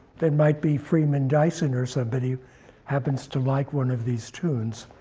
they might be freeman dyson or somebody who happens to like one of these tunes,